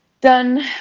done